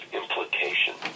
implication